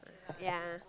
ya